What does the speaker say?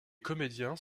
comédiens